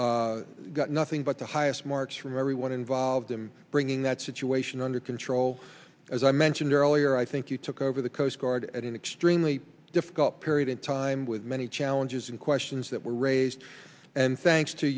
effort got nothing but the highest marks from everyone involved in bringing that situation under control as i mentioned earlier i think you took over the coast guard at an extremely difficult period of time with many challenges and questions that were raised and thanks to